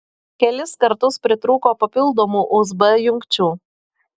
kelis kartus pritrūko papildomų usb jungčių